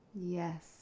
Yes